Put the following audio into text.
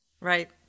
Right